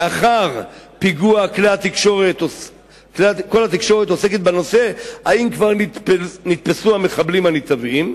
לאחר פיגוע כל התקשורת עוסקת בנושא "האם כבר נתפסו המחבלים הנתעבים",